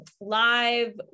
live